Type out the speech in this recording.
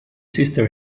sister